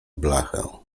blachę